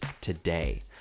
today